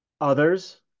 others